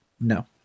no